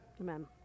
amen